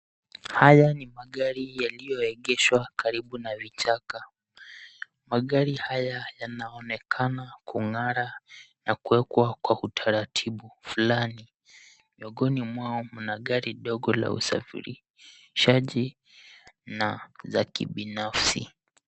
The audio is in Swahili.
Haya ni magari yaliyoegeshwa karibu na vichaka. Magari haya yanaonekana kung'ara na kuwekwa kwa utaratibu fulani. Miongoni mwao mna gari dogo la usafirishaji na za kibinafsi.